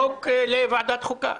לוועדת חוקה.